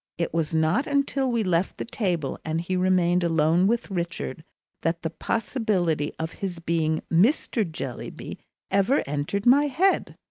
it was not until we left the table and he remained alone with richard that the possibility of his being mr. jellyby ever entered my head.